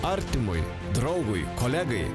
artimui draugui kolegai